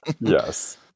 yes